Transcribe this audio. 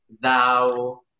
thou